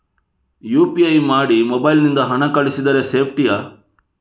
UPI ಮಾಡಿ mobile ನಿಂದ ಹಣ ಕಳಿಸಿದರೆ ಸೇಪ್ಟಿಯಾ?